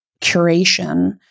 curation